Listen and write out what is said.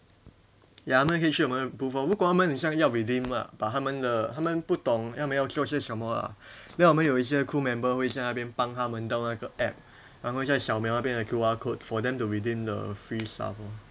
ya 他们可以去我们的 booth 如果他们很像要 redeem lah but 他们的他们不懂他们要做些什么啦 then 我们会有一些 crew member 为将那边帮他们 download 那个 app 他们再扫描那边的 Q_R code for them to redeem the free stuff lor